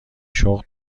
شغل